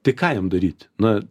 tai ką jam daryt na